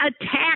attack